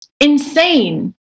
insane